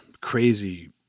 crazy